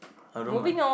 I don't mind